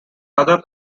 other